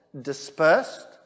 dispersed